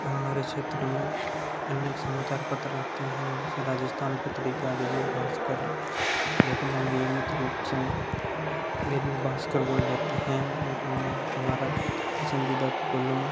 हमारे क्षेत्र में अनेक समाचार पत्र आते हैं जैसे राजस्थान पत्रिका दैनिक भास्कर लेकिन हम नियमित रूप से दैनिक भास्कर वही लेते हैं और इनमें हमारा पसंदीदा कोलम